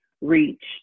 reach